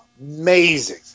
Amazing